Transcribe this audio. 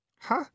Huh